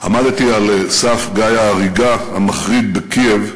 עמדתי על סף גיא ההריגה המחריד בקייב,